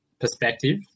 perspective